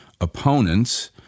opponents